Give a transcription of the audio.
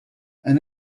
and